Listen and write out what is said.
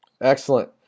Excellent